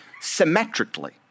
symmetrically